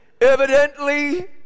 evidently